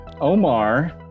Omar